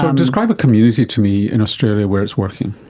describe a community to me in australia where it's working.